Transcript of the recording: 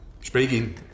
speaking